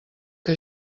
que